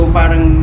parang